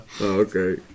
okay